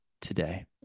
today